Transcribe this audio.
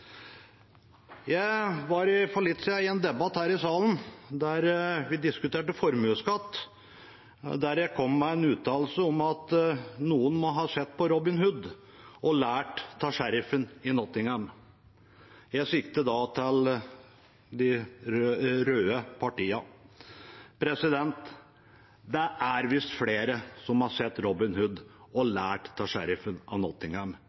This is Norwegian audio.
Jeg var for litt siden i en debatt her i salen der vi diskuterte formuesskatt, og der jeg kom med en uttalelse om at noen må ha sett på Robin Hood og lært av sheriffen av Nottingham. Jeg sikter da til de røde partiene. Det er visst flere som har sett på Robin Hood og